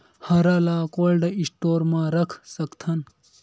हरा ल cold store म रख सकथन?